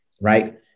Right